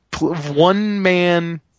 one-man